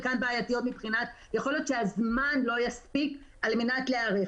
יכול להיות שהזמן לא יספיק כדי להיערך,